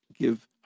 give